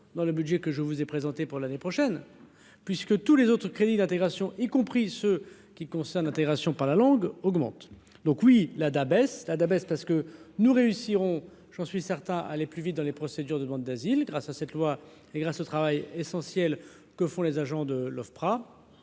de budget que je vous ai présenté pour 2024, puisque tous les autres crédits d’intégration, y compris ceux qui sont relatifs à l’intégration par la langue, augmentent. Donc, oui, le budget de l’ADA baisse, parce que nous réussirons, j’en suis certain, à aller plus vite dans les procédures de demande d’asile, grâce à ce projet de loi et grâce au travail essentiel des agents de l’Ofpra